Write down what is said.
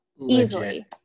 Easily